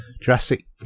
Jurassic